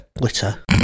Glitter